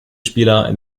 spieler